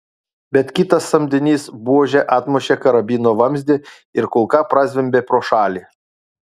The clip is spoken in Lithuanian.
bet kitas samdinys buože atmušė karabino vamzdį ir kulka prazvimbė pro šalį